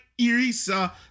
Irisa